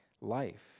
life